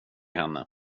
henne